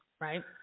right